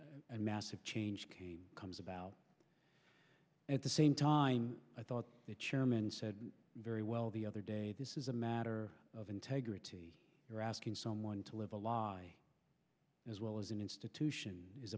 and massive change comes about at the same time i thought the chairman said very well the other day this is a matter of integrity you're asking someone to live a lie as well as an institution is